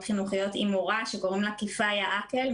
חינוכיות עם מורה שקוראים לה כיפיא עאקל,